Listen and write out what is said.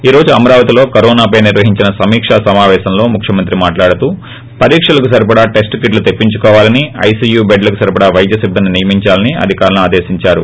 ఈ రోజు అమరావతిలో కరోనాపై నిర్వహించిన సమీక సమాపేశంలో ముఖ్యమంత్రి మాట్లాడుతూ పరీక్షలకు సరిపడా టెస్లు కిట్లు తెప్పించుకోవాలని ఐసీయూ బెడ్లకు సరిపడా వైద్య సిబ్బందిని నియమిందాలని అధికారులను ఆదేశేందారు